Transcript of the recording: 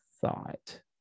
thought